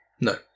No